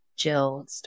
Jill